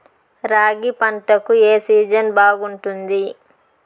రాగి పంటకు, ఏ సీజన్ బాగుంటుంది?